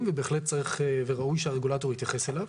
ובהחלט צריך וראוי שהרגולטור יתייחס אליו.